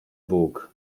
bóg